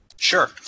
Sure